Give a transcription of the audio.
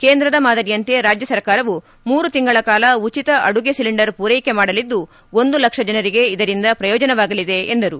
ಕೇಂದ್ರದ ಮಾದರಿಯಂತೆ ರಾಜ್ಯ ಸರ್ಕಾರವೂ ಮೂರು ತಿಂಗಳ ಕಾಲ ಉಚಿತ ಅಡುಗೆ ಸಿಲಿಂಡರ್ ಪೂರ್ಣಿಕೆ ಮಾಡಲಿದ್ದು ಒಂದು ಲಕ್ಷ ಜನರಿಗೆ ಇದರಿಂದ ಪ್ರಯೋಜನವಾಗಲಿದೆ ಎಂದರು